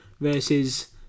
versus